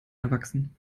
erwachsen